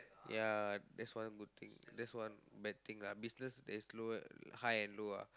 ya that's one good thing that's one bad thing lah business there is low high and low ah